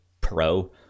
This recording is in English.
Pro